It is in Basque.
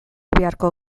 beharko